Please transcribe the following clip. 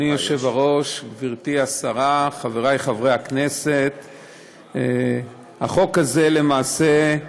אני קובע שהכנסת אישרה את החלטת ועדת